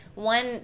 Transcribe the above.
One